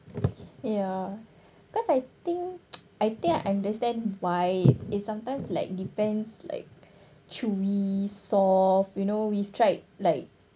ya cause I think I think I understand why it sometimes like depends like chewy soft you know we've tried like